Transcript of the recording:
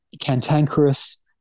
cantankerous